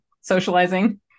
socializing